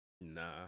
Nah